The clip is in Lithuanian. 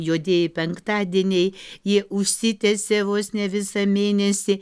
juodieji penktadieniai jie užsitęsia vos ne visą mėnesį